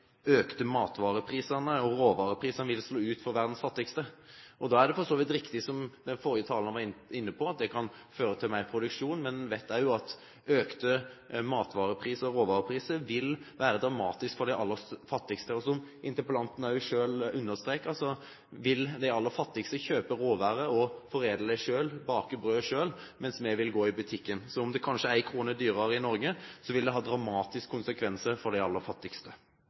økte matvareprisene og råvareprisene vil slå ut for verdens fattigste. Det er for så vidt riktig som den forrige taleren var inne på, at det kan føre til mer produksjon. Men man vet også at økte matvarepriser og råvarepriser vil være dramatisk for de aller fattigste. Som interpellanten også selv understreket, vil de aller fattigste kjøpe råvarer og foredle dem selv, bake brød selv, mens vi vil gå i butikken. Så om brød blir 1 kr dyrere i Norge, vil det ha dramatiske konsekvenser for de aller fattigste.